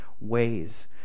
ways